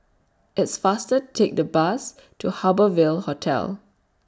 It's faster Take The Bus to Harbour Ville Hotel